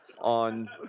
on